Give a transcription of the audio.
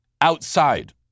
outside